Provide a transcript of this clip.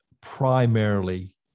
primarily